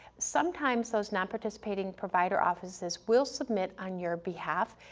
sometimes those nonparticipating provider offices will submit on your behalf,